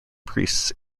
priests